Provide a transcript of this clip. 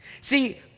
See